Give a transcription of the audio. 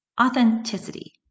authenticity